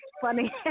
funny